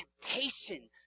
temptation